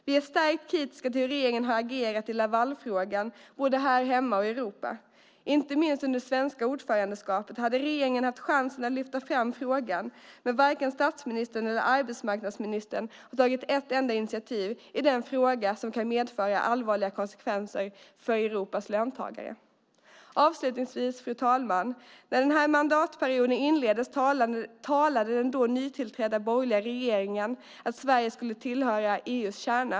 Vi är starkt kritiska till hur regeringen har agerat i Lavalfrågan både här hemma och i Europa. Inte minst under det svenska ordförandeskapet hade regeringen haft chansen att lyfta fram frågan, men varken statsministern eller arbetsmarknadsministern har tagit ett enda initiativ i den fråga som kan medföra allvarliga konsekvenser för Europas löntagare. Fru talman! Avslutningsvis talade den nytillträdda borgerliga regeringen när denna mandatperiod inleddes om att Sverige skulle höra till EU:s kärna.